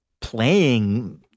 playing